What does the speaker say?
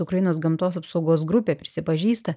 ukrainos gamtos apsaugos grupė prisipažįsta